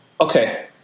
Okay